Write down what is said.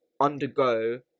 undergo